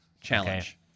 Challenge